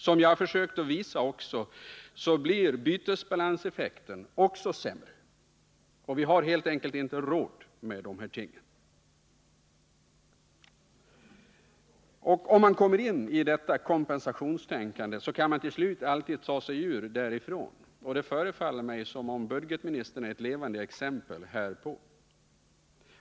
Som jag också försökt visa blir bytesbalanseffekten också sämre. Vi har helt enkelt inte råd med de här tingen. Om man kommer in i detta kompensationstänkande kan man till slut aldrig ta sig ur det. Det förefaller mig som om budgetministern vore ett levande exempel härpå.